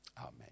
Amen